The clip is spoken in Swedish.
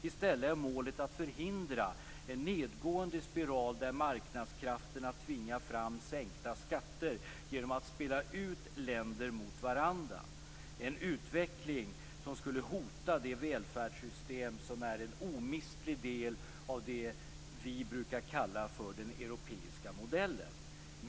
I stället är målet att förhindra en nedgående spiral där marknadskrafterna tvingar fram sänkta skatter genom att spela ut länder mot varandra. Det är en utveckling som skulle hota det välfärdssystem som är en omistlig del av det vi brukar kalla för den europeiska modellen.